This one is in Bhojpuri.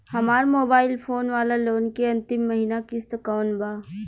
हमार मोबाइल फोन वाला लोन के अंतिम महिना किश्त कौन बा?